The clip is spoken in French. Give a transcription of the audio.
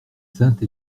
sainte